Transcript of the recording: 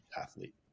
athlete